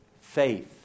Faith